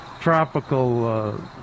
tropical